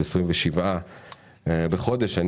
ב-27 לחודש,